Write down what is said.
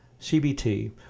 CBT